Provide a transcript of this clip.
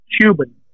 Cuban